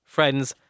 Friends